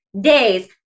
days